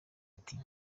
ati